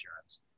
insurance